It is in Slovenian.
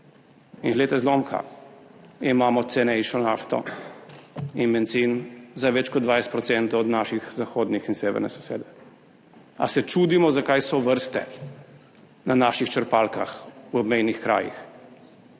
In glej ga zlomka, imamo cenejšo nafto in bencin za več kot 20 % od naših zahodnih in severne sosede. A se čudimo, zakaj so vrste na naših črpalkah v obmejnih krajih?